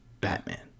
Batman